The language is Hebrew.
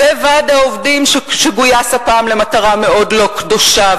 וועד העובדים שגויס הפעם למטרה מאוד לא קדושה,